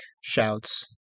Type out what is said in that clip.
shouts